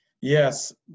Yes